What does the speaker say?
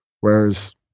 whereas